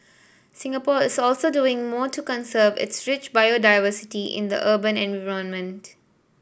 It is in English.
Singapore is also doing more to conserve its rich biodiversity in the urban